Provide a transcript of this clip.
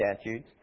statutes